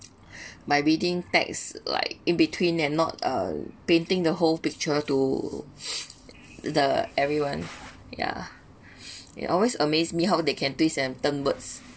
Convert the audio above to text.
by bidding tax like in between and not a painting the whole picture to the everyone yeah it always amazes me how they can twist and turn words